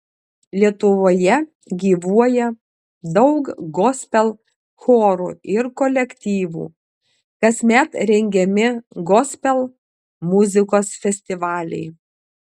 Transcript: lietuvoje gyvuoja daug gospel chorų ir kolektyvų kasmet rengiami gospel muzikos festivaliai